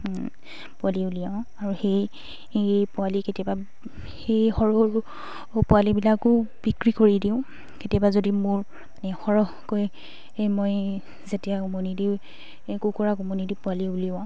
পোৱালি উলিয়াওঁ আৰু সেই পোৱালি কেতিয়াবা সেই সৰু সৰু পোৱালিবিলাকো বিক্ৰী কৰি দিওঁ কেতিয়াবা যদি মোৰ মানে সৰহকৈ এই মই যেতিয়া উমনি দি কুকুৰাক উমনি দি পোৱালি উলিয়াওঁ